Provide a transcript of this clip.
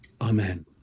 Amen